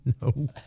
No